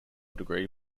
degree